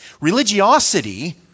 Religiosity